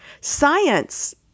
Science